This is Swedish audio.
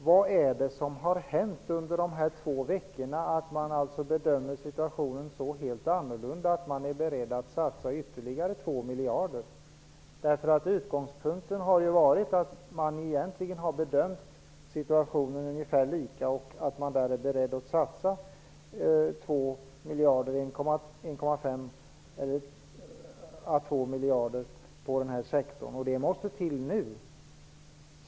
Vad är det som har hänt under dessa två veckor som gör att ni bedömer situationen så helt annorlunda? Nu är ni beredda att satsa ytterligare 2 miljarder kronor. Utgångspunkten har ju varit att vi egentligen har bedömt situationen lika. Vi har varit beredda att satsa 1,5--2 miljarder kronor på den här sektorn. Denna satsning måste göras nu.